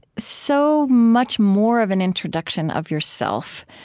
so much more of an introduction of yourself,